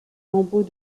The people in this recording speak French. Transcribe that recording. lambeaux